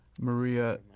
maria